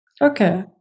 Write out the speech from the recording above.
Okay